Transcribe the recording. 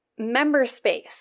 MemberSpace